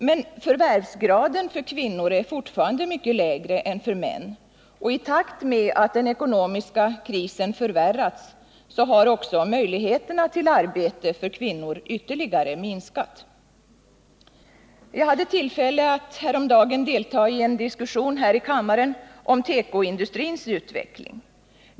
Men förvärvsgraden för kvinnor är fortfarande mycket lägre än för män, och i takt med att den ekonomiska krisen förvärrats har också möjligheterna till arbete för kvinnor ytterligare minskat. Jag hade tillfälle att häromdagen delta i en diskussion här i kammaren om tekoindustrins utveckling.